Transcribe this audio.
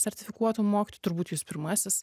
sertifikuotų mokytojų turbūt jūs pirmasis